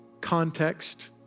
context